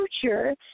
future